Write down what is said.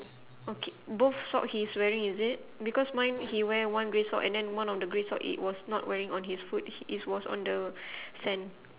okay both sock he's wearing is it because mine he wear one grey sock and then one of the grey sock it was not wearing on his foot h~ it was on the sand